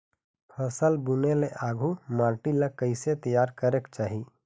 फसल बुने ले आघु माटी ला कइसे तियार करेक चाही?